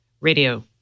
radio